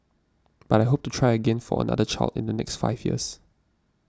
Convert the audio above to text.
but I hope to try again for another child in the next five years